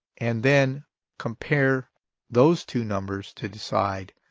and then compare those two numbers to decide